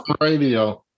radio